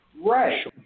Right